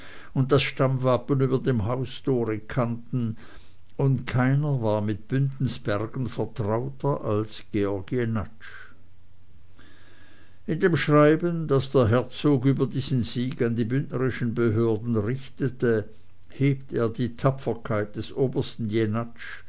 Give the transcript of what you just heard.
und das stammwappen über dem haustore kannten und keiner war mit bündens bergen vertrauter als georg jenatsch in dem schreiben das der herzog über diesen sieg an die bündnerischen behörden richtete hebt er die tapferkeit des obersten